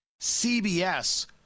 CBS